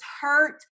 hurt